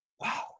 wow